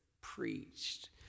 preached